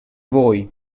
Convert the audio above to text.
voi